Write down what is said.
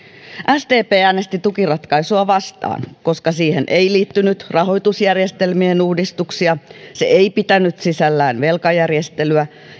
sdp äänesti tukiratkaisua vastaan koska siihen ei liittynyt rahoitusjärjestelmien uudistuksia se ei pitänyt sisällään velkajärjestelyä